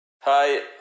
Hi